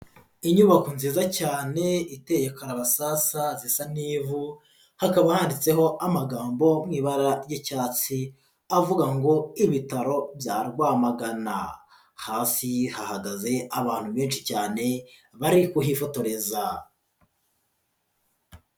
Knyubako nziza cyane iteye karabasasa isa n'ivu hakaba handitseho amagambo mu ibara ry'icyatsi avuga ngo" Ibitaro bya Rwamagana. Hafi hahagaze abantu benshi cyane bari kuhifotoreza.